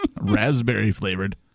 Raspberry-flavored